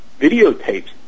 videotapes